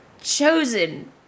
chosen